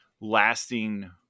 lasting